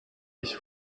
ich